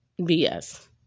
BS